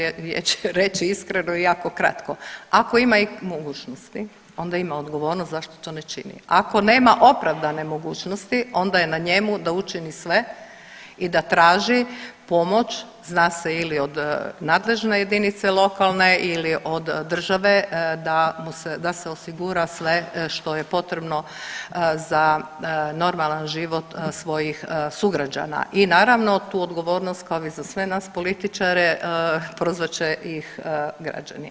Jasno da evo ja ću reći iskreno i jako kratko, ako ima mogućnosti onda ima odgovornost zašto to ne čini, ako nema opravdane mogućnosti onda je na njemu da učini sve i da traži pomoć, zna se ili od nadležne jedinice lokalne ili od države da se osigura sve što je potrebno za normalan život svojih sugrađana i naravno tu odgovornost kao i za sve nas političare prozvat će ih građani.